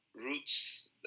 roots